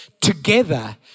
Together